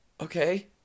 okay